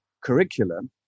curriculum